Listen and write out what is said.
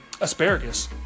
asparagus